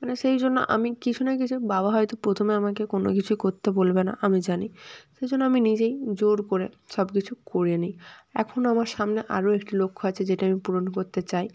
মানে সেই জন্য আমি কিছু না কিছু বাবা হয়তো প্রথমে আমাকে কোনো কিছুই করতে বলবে না আমি জানি সেই জন্য আমি নিজেই জোর করে সব কিছু করে নিই এখন আমার সামনে আরও একটি লক্ষ্য আছে যেটা আমি পূরণ করতে চাই